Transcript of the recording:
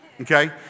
okay